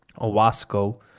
OWASCO